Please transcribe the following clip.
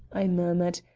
i murmured,